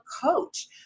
coach